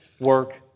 work